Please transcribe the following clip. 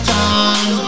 time